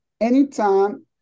anytime